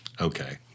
okay